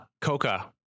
Coca